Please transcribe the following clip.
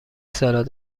سالاد